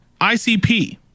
ICP